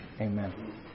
Amen